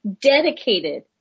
dedicated